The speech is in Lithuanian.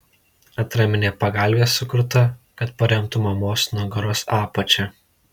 atraminė pagalvė sukurta kad paremtų mamos nugaros apačią